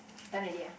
done already ah